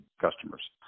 customers